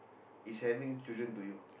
is having children to you